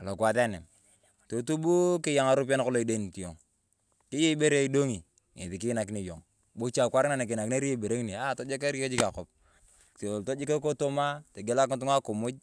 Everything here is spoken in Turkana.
alo kwaas anam, totub keyaa ng'aropiyae nakolong idenit yong. Keyei ibere idong’i ng’esi kinakino yong. Bocha akwaar na kinakinere yong ibere ng’ini tojeker yong jik akop. Toloto jiki kitumaa togielak ng'itung'a akimuj.